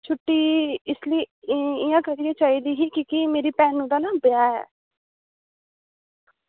छुट्टी इसलेई इयां करियै चाहिदी की कि मेरी भैनू दा ना ब्याह् ऐ